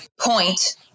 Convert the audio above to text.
point